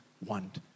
want